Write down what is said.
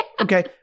okay